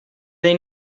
they